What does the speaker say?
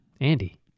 Andy